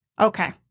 Okay